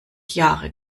jahre